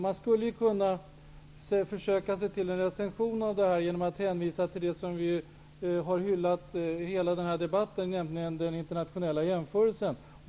Man skulle kunna försöka sig på en recension av detta genom att hänvisa till det som vi har hyllat hela den här debatten, nämligen den internationella jämförelsen.